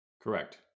Correct